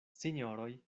sinjoroj